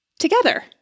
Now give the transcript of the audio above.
together